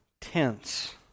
tense